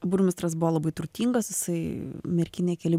burmistras buvo labai turtingas jisai merkinėj keli